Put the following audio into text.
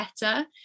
better